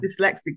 dyslexic